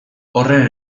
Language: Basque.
horren